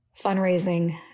fundraising